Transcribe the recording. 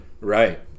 Right